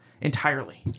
entirely